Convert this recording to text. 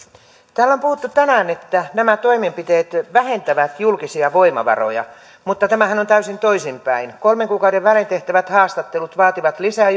täällä on puhuttu tänään että nämä toimenpiteet vähentävät julkisia voimavaroja mutta tämähän on täysin toisinpäin kolmen kuukauden välein tehtävät haastattelut vaativat lisää